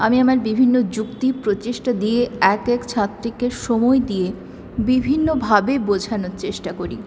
আমি আমার বিভিন্ন যুক্তির প্রচেষ্টা দিয়ে এক এক ছাত্রীকে সময় দিয়ে বিভিন্নভাবে বোঝানোর চেষ্টা করি